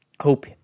Hope